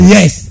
Yes